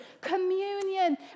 communion